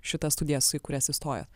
šitas studijas į kurias įstojot